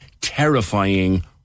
terrifying